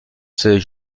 ses